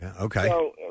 Okay